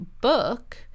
book